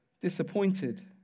disappointed